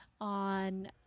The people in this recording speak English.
on